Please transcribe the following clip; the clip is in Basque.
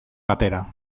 batera